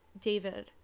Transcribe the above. David